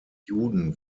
juden